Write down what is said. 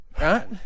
right